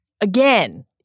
again